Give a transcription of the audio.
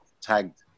tagged